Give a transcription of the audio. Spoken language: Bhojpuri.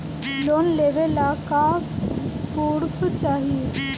लोन लेवे ला का पुर्फ चाही?